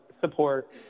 support